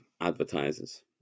advertisers